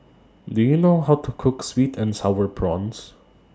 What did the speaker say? Do YOU know How to Cook Sweet and Sour Prawns